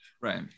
Right